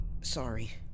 sorry